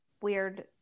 weird